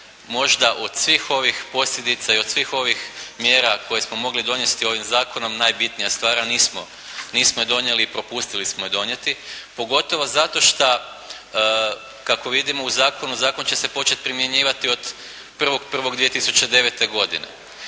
možda od svih ovih posljedica i od svih ovih mjera koje smo mogli donijeti ovim zakonom najbitnija stvar, a nismo je donijeli i propustili smo je donijeti pogotovo zato šta kako vidimo u zakonu, zakon će se početi primjenjivati od 1.1.2009. godine.